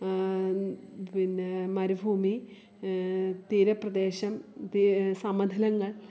പിന്നേ മരുഭൂമി തീരപ്രദേശം സമതലങ്ങൾ